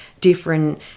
different